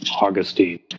Augustine